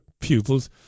pupils